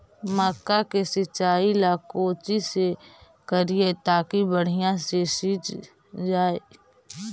मक्का के सिंचाई ला कोची से करिए ताकी बढ़िया से सींच जाय?